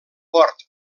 port